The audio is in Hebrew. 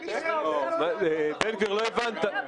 לא הבנת.